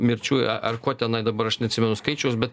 mirčių ar ko tenai dabar aš neatsimenu skaičiaus bet